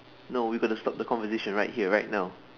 no we gotta stop the conversation right here right now